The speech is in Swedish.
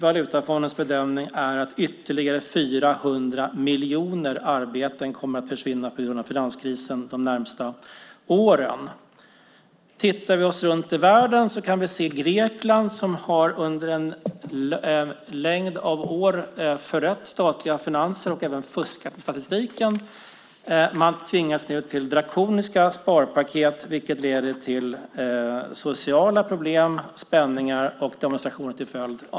Valutafondens bedömning är att ytterligare 400 miljoner arbeten kommer att försvinna på grund av finanskrisen de närmaste åren. Tittar vi oss runt i världen kan vi se att Grekland under en längd av år förött statliga finanser och även fuskat med statistiken. Man tvingas nu till drakoniska sparpaket, vilket leder till sociala problem, spänningar och demonstrationer till följd av detta.